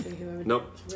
Nope